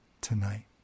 tonight